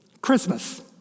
Christmas